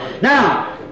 Now